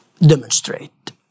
demonstrate